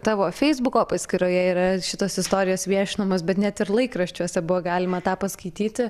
tavo feisbuko paskyroje yra šitos istorijos viešinamos bet net ir laikraščiuose buvo galima tą paskaityti